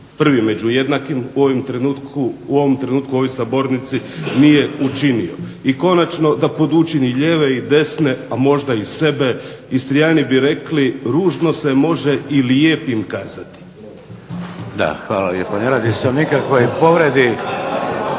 prvi među jednakim, u ovom trenutku u ovoj sabornici nije učinio. I konačno, da podučim i lijeve i desne, a možda i sebe Istrijani bi rekli "Ružno se može i lijepim kazati". **Šeks, Vladimir (HDZ)** Da, hvala lijepa. Ne radi se o nikakvoj povredi